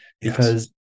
because-